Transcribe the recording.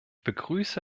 begrüße